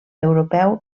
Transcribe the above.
europeu